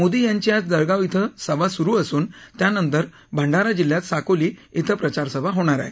मोदी यांची आज जळगाव इथं सभा सुरु असून त्यानंतर भंडारा जिल्ह्यात साकोली इथं प्रचारसभा होणार आहे